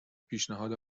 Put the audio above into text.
پیشنهاد